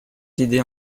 idées